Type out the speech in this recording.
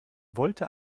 wollte